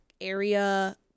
area